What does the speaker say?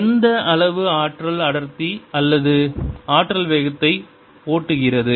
எந்த அளவு ஆற்றல் அடர்த்தி அல்லது ஆற்றல் வேகத்தை ஓட்டுகிறது